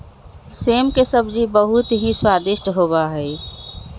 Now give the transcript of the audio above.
सेम के सब्जी बहुत ही स्वादिष्ट होबा हई